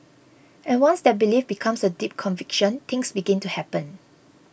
and once that belief becomes a deep conviction things begin to happen